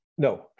No